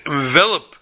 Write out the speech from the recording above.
envelop